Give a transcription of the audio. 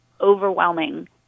overwhelming